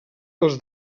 els